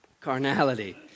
carnality